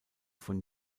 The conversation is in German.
von